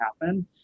happen